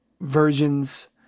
versions